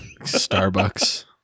starbucks